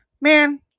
Man